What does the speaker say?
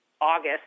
August